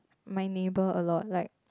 my neighbour a lot like